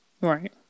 right